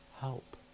help